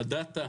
הדאטה.